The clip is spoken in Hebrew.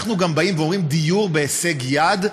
אנחנו גם באים ואומרים: דיור בהישג יד,